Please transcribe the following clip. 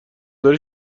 داری